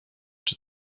czy